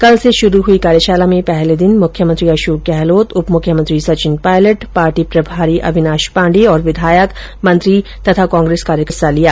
कल से शुरू हुई कार्यशाला में पहले दिन मुख्यमंत्री अशोक गहलोत उप मुख्यमंत्री सचिन पायलट पार्टी के प्रदेश प्रभारी अविनांश पाण्डे और विधायक मंत्री और कांग्रेस कार्यकर्ताओं ने हिस्सा लिया